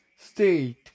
State